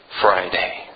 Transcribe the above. Friday